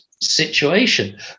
situation